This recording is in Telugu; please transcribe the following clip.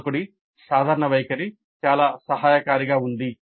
బోధకుడి సాధారణ వైఖరి చాలా సహాయకారిగా ఉంది